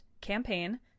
Campaign